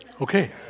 Okay